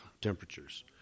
temperatures